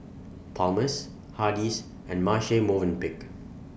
Palmer's Hardy's and Marche Movenpick